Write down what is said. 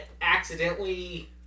accidentally